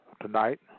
tonight